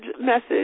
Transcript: message